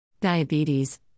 Diabetes